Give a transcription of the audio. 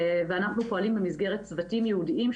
ואנחנו פועלים במסגרת צוותים ייעודיים,